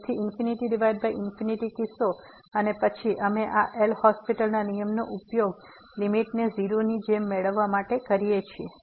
તેથી કિસ્સો અને પછી અમે આ એલ'હોસ્પિટલL'Hospitalના નિયમનો ઉપયોગ લીમીટ ને 0 ની જેમ મેળવવા માટે કરી શકીએ છીએ